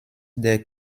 der